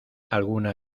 alguna